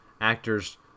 actors